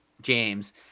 James